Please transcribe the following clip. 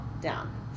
down